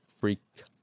freak